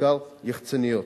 בעיקר יחצניות.